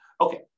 Okay